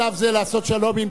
רבותי חברי הכנסת, לעשות שלום.